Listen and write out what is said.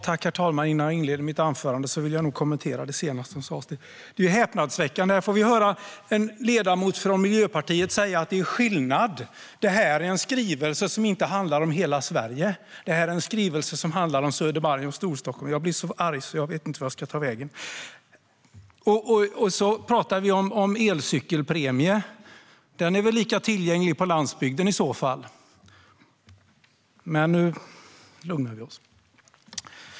Herr talman! Innan jag inleder mitt anförande vill jag nog kommentera det som sades senast. Det är häpnadsväckande. Här får vi höra en ledamot från Miljöpartiet säga att det är skillnad. Det här är en skrivelse som inte handlar om hela Sverige. Det är en skrivelse som handlar om Södermalm och Storstockholm. Jag blir så arg att jag inte vet vart jag ska ta vägen! Vi talar om elcykelpremie. Den är väl lika tillgänglig på landsbygden i så fall. Men nu lugnar vi oss.